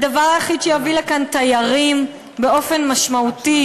שהדבר היחיד שיביא לכאן תיירים באופן משמעותי,